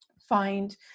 find